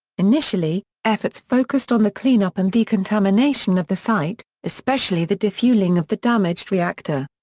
initially, efforts focused on the cleanup and decontamination of the site, especially the defueling of the damaged reactor.